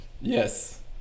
Yes